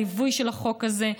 בליווי של החוק הזה,